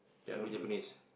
ya do Japanese